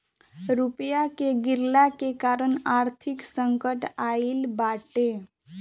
रुपया के गिरला के कारण आर्थिक संकट आईल बाटे